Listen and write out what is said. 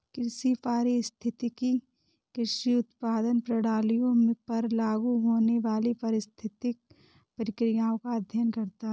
कृषि पारिस्थितिकी कृषि उत्पादन प्रणालियों पर लागू होने वाली पारिस्थितिक प्रक्रियाओं का अध्ययन करता है